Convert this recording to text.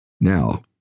Now